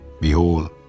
Behold